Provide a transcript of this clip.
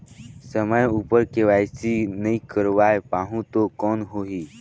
समय उपर के.वाई.सी नइ करवाय पाहुं तो कौन होही?